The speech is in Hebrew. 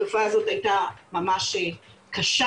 התופעה הזו הייתה ממש קשה,